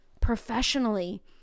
Professionally